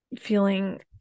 feeling